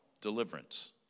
deliverance